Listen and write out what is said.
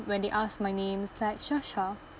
when they ask my name it's like shasha